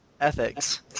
ethics